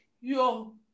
yo